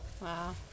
Wow